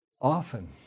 often